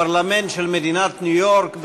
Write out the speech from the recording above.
הפרלמנט של מדינת ניו-יורק,